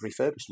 refurbishment